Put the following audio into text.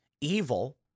evil